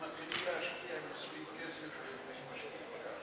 הם מתחילים להשקיע מספיק כסף ומשאבים,